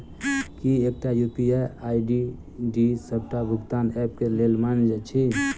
की एकटा UPI ID डी सबटा भुगतान ऐप केँ लेल मान्य अछि?